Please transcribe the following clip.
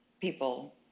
people